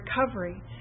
recovery